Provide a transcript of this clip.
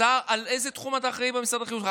לאיזה תחום אתה אחראי במשרד החינוך.